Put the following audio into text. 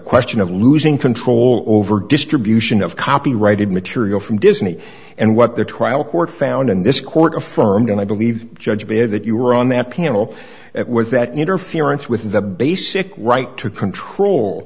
question of losing control over distribution of copyrighted material from disney and what their trial court found in this court affirmed and i believe judge greer that you were on that panel was that interference with the basic right to control